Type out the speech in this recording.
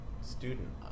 student